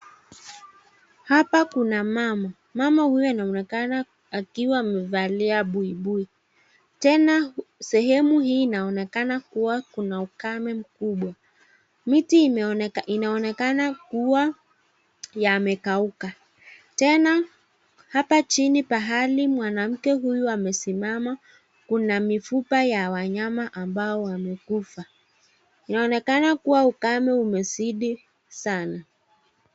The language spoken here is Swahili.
Hapa kuna mama, mama huyu anaonekana akiwa amevalia buibui, tena sehemu hii inaonekana kuwa kuna ukame mkubwa, miti inaonekana kuwa yamekauka, tena hapa chini pahali mwanamke huyu amesiama kuna mifupa ya wanyama ambao wamekufa, inaonekana kuwa ukame umezidi sana.